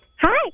Hi